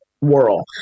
world